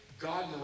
God